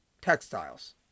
textiles